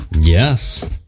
Yes